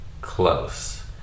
close